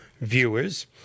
viewers